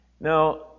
Now